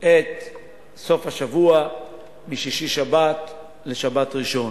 את סוף השבוע משישי-שבת לשבת-ראשון.